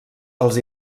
els